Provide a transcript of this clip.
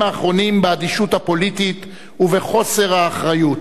האחרונים באדישות הפוליטית ובחוסר האחריות,